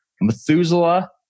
Methuselah